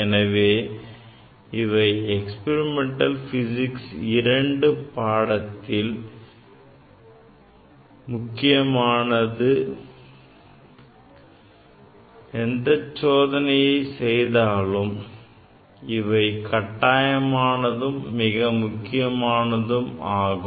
எனவே இவை experimental physics II மற்றும் experimental physics III பாடங்களுக்கும் நாம் எந்த சோதனையை செய்தாலும் இவை கட்டாயமானதும் மிக முக்கியமானதும் ஆகும்